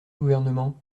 gouvernement